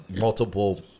multiple